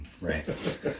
right